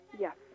Yes